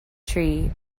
tree